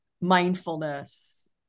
mindfulness